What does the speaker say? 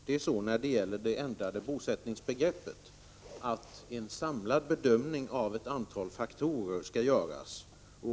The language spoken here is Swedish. Det är så när det gäller det ändrade bosättningsbegreppet att en samlad bedömning av ett antal faktorer skall göras.